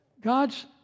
God's